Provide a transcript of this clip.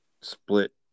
split